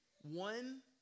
one